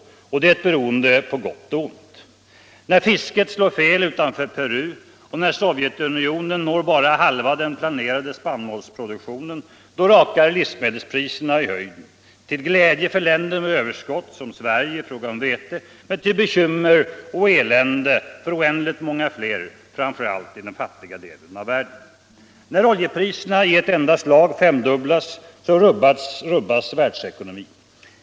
Och det är ett beroende på både gott och ont. När fisket slår fel utanför Peru och när Sovjetunionen når bara halva den planerade spannmålsproduktionen rakar livsmedelspriserna i höjden, till glädje för länder med överskott —- som Sverige i fråga om vete —- men till bekymmer och elände för oändligt många fler, framför allt i den fattiga delen av världen. När oljepriserna i ett enda slag femdubblades rubbades världsekonomin.